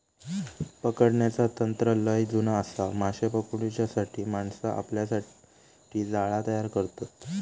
पकडण्याचा तंत्र लय जुना आसा, माशे पकडूच्यासाठी माणसा आपल्यासाठी जाळा तयार करतत